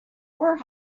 were